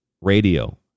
radio